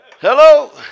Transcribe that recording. Hello